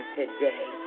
today